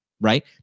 right